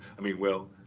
i mean, well,